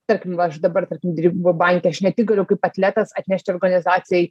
tarkim va aš dabar tarkim dirbu banke aš ne tik galiu kaip atletas atnešti organizacijai